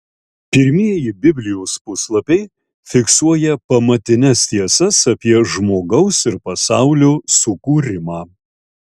pirmieji biblijos puslapiai fiksuoja pamatines tiesas apie žmogaus ir pasaulio sukūrimą